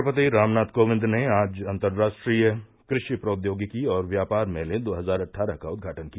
राष्ट्रपति रामनाथ कोविंद ने आज अंतर्राष्ट्रीय कृषि प्रौद्योगिकी और व्यापार मेले दो हजार अट्ठारह का उद्घाटन किया